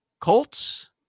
Colts